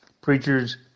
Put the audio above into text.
preachers